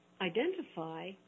identify